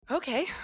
Okay